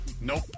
Nope